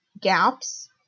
gaps